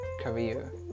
career